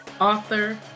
author